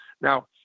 Now